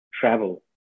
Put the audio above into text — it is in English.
travel